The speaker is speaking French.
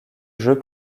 jeux